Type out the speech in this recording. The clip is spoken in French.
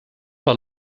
par